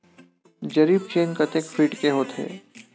जरीब चेन कतेक फीट के होथे?